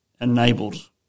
Enabled